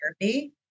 therapy